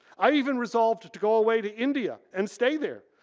i even resolved to go away to india and stay there,